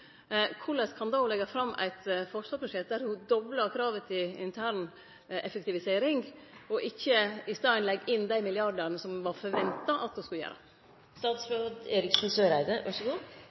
korleis ho då kan leggje fram eit forsvarsbudsjett der ho doblar kravet til intern effektivisering, og ikkje i staden legg inn dei milliardane som det vart forventa at ho skulle